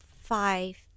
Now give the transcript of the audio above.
five